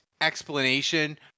explanation